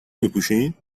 میپوشین